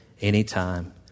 anytime